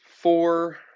four